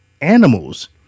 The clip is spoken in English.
animals